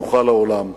פתוחה לעולם,